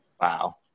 Wow